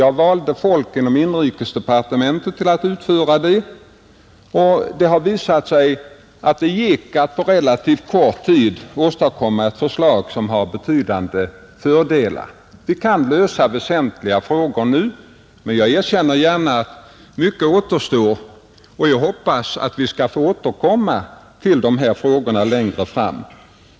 Jag valde folk inom inrikesdepartementet till att utföra arbetet, och det har visat sig att det gick att på relativt kort tid åstadkomma ett förslag som har betydande fördelar. Vi kan lösa väsentliga frågor nu, men jag erkänner gärna att mycket återstår, och jag hoppas att vi skall få återkomma till de här frågorna längre fram.